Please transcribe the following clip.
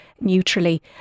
neutrally